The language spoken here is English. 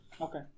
Okay